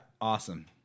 awesome